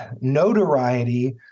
notoriety